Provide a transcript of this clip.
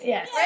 Yes